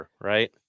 right